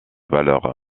valeur